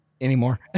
anymore